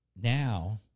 Now